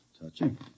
Touching